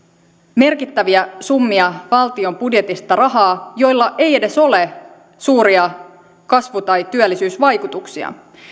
merkittäviä summia valtion budjetista rahaa jolla ei edes ole suuria kasvu tai työllisyysvaikutuksia